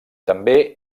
també